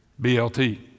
BLT